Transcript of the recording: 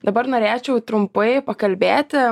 dabar norėčiau trumpai pakalbėti